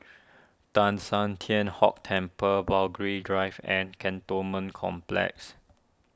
Teng San Tian Hock Temple Burghley Drive and Cantonment Complex